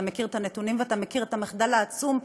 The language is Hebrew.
אתה מכיר את הנתונים ואתה מכיר את המחדל העצום,